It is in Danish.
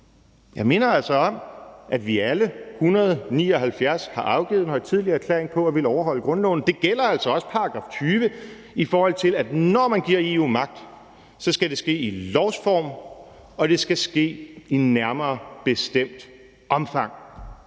Jeg minder altså om, at vi alle 179 medlemmer har afgivet en højtidelig erklæring om at ville overholde grundloven, og det gælder altså også § 20 – i forhold til at når man giver EU magt, skal det ske i lovsform, og det skal ske i et nærmere bestemt omfang.